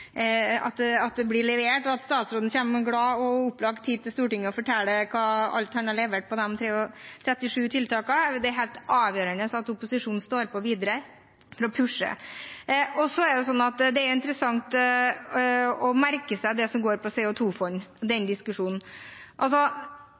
sånn at man blir overbevist om at det blir levert om kort tid, og at statsråden kommer glad og opplagt hit til Stortinget og forteller om alt han har levert på de 37 tiltakene. Det er helt avgjørende at opposisjonen står på videre og pusher på. Det er interessant å merke seg den diskusjonen som handler om CO 2 -fond. Regjeringen er helt klar på at den